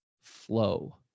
flow